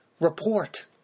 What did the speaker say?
Report